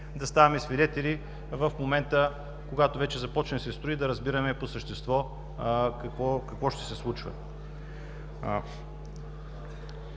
да ставаме свидетели, когато вече започне да се строи да разбираме по същество какво ще се случва.